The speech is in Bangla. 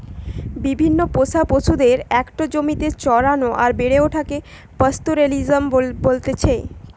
বিভিন্ন পোষা পশুদের একটো জমিতে চরানো আর বেড়ে ওঠাকে পাস্তোরেলিজম বলতেছে